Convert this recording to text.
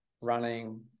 running